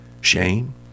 shame